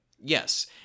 Yes